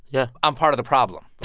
yeah i'm part of the problem